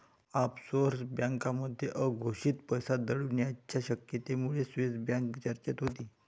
offshore बँकांमध्ये अघोषित पैसा दडवण्याच्या शक्यतेमुळे स्विस बँक चर्चेत होती